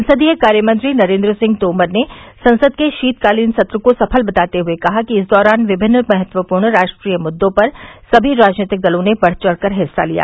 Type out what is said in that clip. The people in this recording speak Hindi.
संसदीय कार्यमंत्री नरेन्द्र सिंह तोमर ने संसद के शीतकालीन सत्र को सफल बताते हुए कहा कि इस दौरान विभिन्न महत्वपूर्ण राष्ट्रीय मुद्दों पर समी राजनीतिक दलों ने बढ़ चढ़ कर हिस्सा लिया